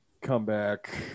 comeback